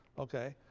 okay?